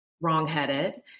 wrongheaded